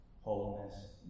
wholeness